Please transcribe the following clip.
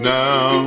now